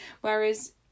Whereas